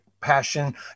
passion